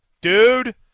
Dude